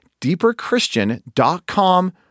deeperchristian.com